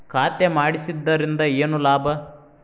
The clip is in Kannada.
ಖಾತೆ ಮಾಡಿಸಿದ್ದರಿಂದ ಏನು ಲಾಭ?